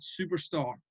superstar